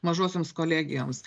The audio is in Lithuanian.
mažosioms kolegijoms